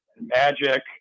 Magic